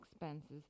expenses